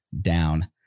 down